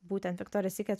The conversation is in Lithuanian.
būtent viktorijos sykret